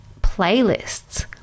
playlists